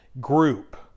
group